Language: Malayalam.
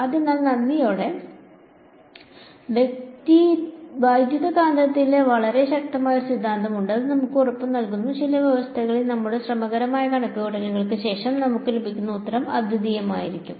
അതിനാൽ നന്ദിയോടെ വൈദ്യുതകാന്തികത്തിൽ വളരെ ശക്തമായ ഒരു സിദ്ധാന്തമുണ്ട് അത് നമുക്ക് ഉറപ്പുനൽകുന്നു ചില വ്യവസ്ഥകളിൽ നമ്മുടെ ശ്രമകരമായ കണക്കുകൂട്ടലുകൾക്ക് ശേഷം നമുക്ക് ലഭിക്കുന്ന ഉത്തരം അദ്വിതീയമായിരിക്കും